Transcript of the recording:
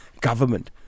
government